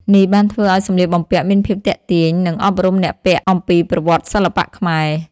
នេះបានធ្វើឲ្យសម្លៀកបំពាក់មានភាពទាក់ទាញ និងអប់រំអ្នកពាក់អំពីប្រវត្តិសិល្បៈខ្មែរ។